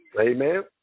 Amen